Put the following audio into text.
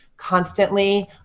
Constantly